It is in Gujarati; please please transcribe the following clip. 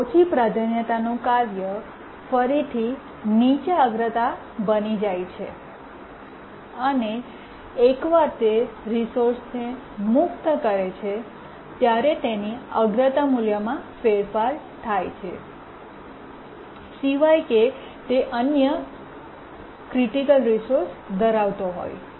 ઓછી પ્રાધાન્યતાનું કાર્ય ફરીથી નીચા અગ્રતા બની જાય છે અને એકવાર તે રિસોર્સને મુક્ત કરે છે ત્યારે તેની અગ્રતા મૂલ્યમાં ફેરફાર થાય છે સિવાય કે તે અન્ય નિર્ણાયક રિસોર્સ ધરાવે છે